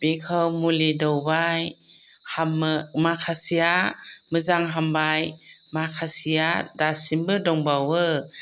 बेखौ मुलि दौबाय हामो माखासेया मोजां हामबाय माखासेया दासिमबो दंबावो